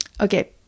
Okay